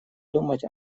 думать